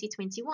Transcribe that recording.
2021